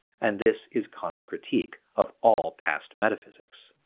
and this is kant's critique of all past metaphysics.